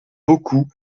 beaucoup